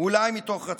אולי מתוך רצון.